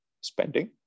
spending